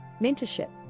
mentorship